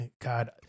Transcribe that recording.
God